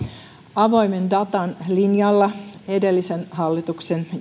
avoimen datan linjalla edellisen hallituksen